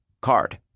card